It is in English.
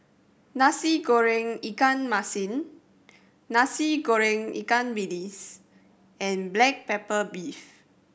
Nasi Goreng ikan masin Nasi Goreng ikan bilis and black pepper beef